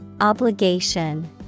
Obligation